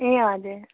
ए हजुर